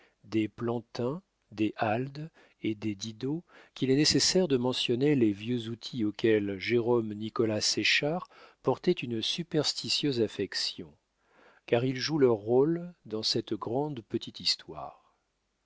des plantin des alde et des didot qu'il est nécessaire de mentionner les vieux outils auxquels jérôme nicolas séchard portait une superstitieuse affection car ils jouent leur rôle dans cette grande petite histoire